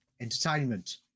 Entertainment